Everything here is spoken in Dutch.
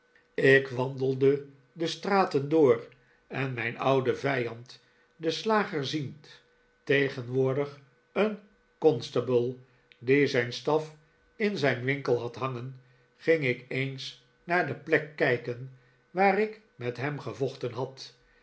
ik wandelde de straten door en mijn ouden vijand den slager ziend tegenwoordig een constable die zijn staf in zijn winkel had hangen ging ik eens naar de plek kijken waar ik met hem gevochten had